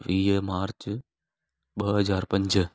वीह मार्च ॿ हज़ार पंज